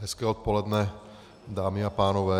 Hezké odpoledne dámy a pánové.